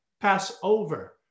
Passover